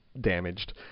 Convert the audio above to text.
damaged